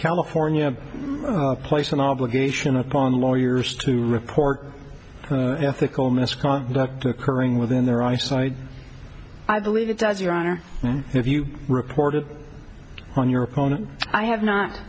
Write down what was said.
california placed an obligation upon lawyers to report ethical misconduct occurring within their eyesight i believe it does your honor if you reported on your opponent i have not